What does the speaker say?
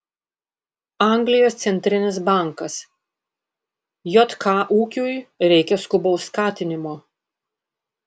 anglijos centrinis bankas jk ūkiui reikia skubaus skatinimo